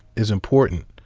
is important.